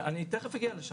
אני אגיע לזה.